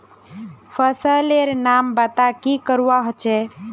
फसल लेर नाम बता की करवा होचे?